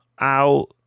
out